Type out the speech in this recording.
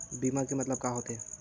बीमा के मतलब का होथे?